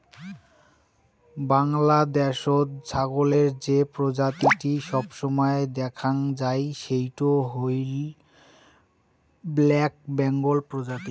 বাংলাদ্যাশত ছাগলের যে প্রজাতিটি সবসময় দ্যাখাং যাই সেইটো হইল ব্ল্যাক বেঙ্গল প্রজাতি